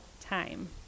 time